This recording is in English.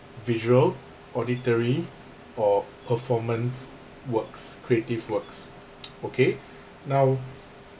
visual auditory or performance works creative works okay now